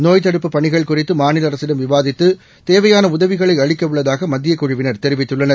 நோய்த்தடுப்புபணிகள்குறித்துமாநிலஅரசிடம்விவாதித் து தேவையானஉதவிகளைஅளிக்கவுள்ளதாகமத்தியகுழுவி னர்தெரிவித்துள்ளனர்